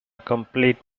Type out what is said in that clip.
complete